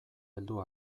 heldu